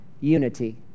unity